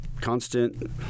constant –